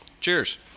Cheers